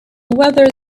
whether